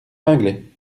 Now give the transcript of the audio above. pinglet